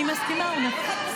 אני מסכימה, אורנה.